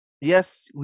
yes